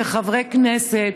כחברי כנסת,